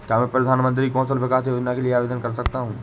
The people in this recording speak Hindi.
क्या मैं प्रधानमंत्री कौशल विकास योजना के लिए आवेदन कर सकता हूँ?